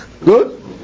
Good